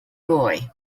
boy